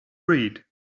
read